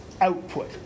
output